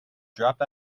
dropped